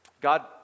God